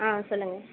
ஆ சொல்லுங்கள்